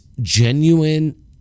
genuine